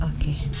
Okay